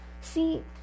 see